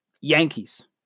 Yankees